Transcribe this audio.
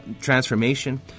transformation